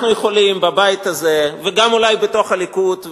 אנחנו יכולים בבית הזה וגם אולי בתוך הליכוד,